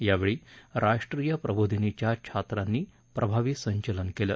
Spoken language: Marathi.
यक्रीी रव्ड्रीय प्रबोधिनीच्या छत्रानी प्रभवी संचलन केलं